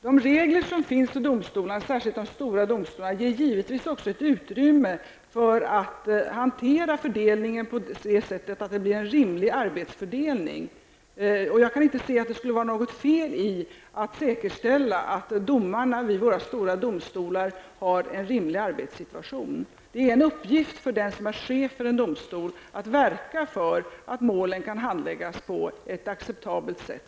Herr talman! De regler som finns i domstolarna, särskilt i de stora domstolarna, ger givetvis också ett utrymme att hantera fördelningen på ett sådant sätt att det blir en rimlig arbetsfördelning. Jag kan inte se att det skulle vara något fel i att säkerställa att domarna vid våra stora domstolar har en rimlig arbetssituation. Det är en uppgift för den som är chef för en domstol att verka för att målen kan handläggas på ett acceptabelt sätt.